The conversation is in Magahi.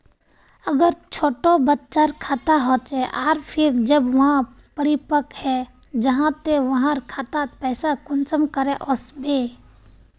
अगर छोटो बच्चार खाता होचे आर फिर जब वहाँ परिपक है जहा ते वहार खातात पैसा कुंसम करे वस्बे?